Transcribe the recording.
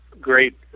great